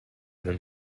them